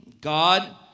God